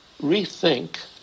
rethink